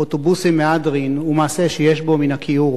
אוטובוסים מהדרין הוא מעשה שיש בו מן הכיעור.